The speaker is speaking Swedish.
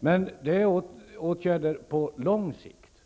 Det här är åtgärder på lång sikt,